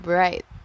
right